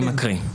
אני מקריא.